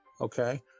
okay